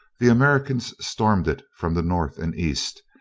the americans stormed it from the north and east,